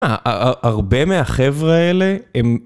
הרבה מהחבר'ה האלה הם...